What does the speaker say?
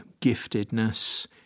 giftedness